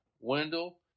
Wendell